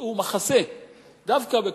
מצאו מחסה דווקא בקיבוצים,